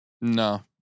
No